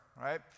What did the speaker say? right